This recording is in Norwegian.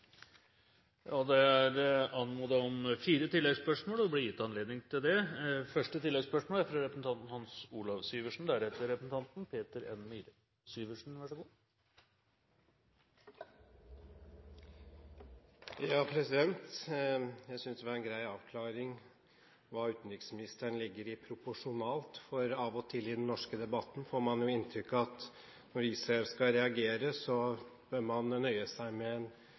Det blir gitt anledning til fire oppfølgingsspørsmål – først Hans Olav Syversen. Jeg syntes det var en grei avklaring av hva utenriksministeren legger i «proporsjonalt», for i den norske debatten får man jo av og til inntrykk av at når Israel skal reagere, så bør man nøye seg med